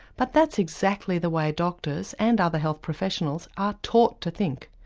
but that's exactly the way doctors and other health professionals are taught to think,